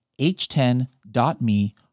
h10.me